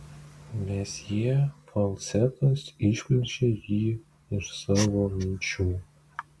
mesjė falcetas išplėšė jį iš savo minčių